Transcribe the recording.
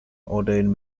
ordained